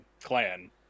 clan